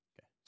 Okay